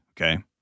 okay